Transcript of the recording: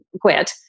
quit